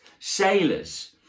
sailors